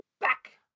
back